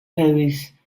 pose